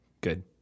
good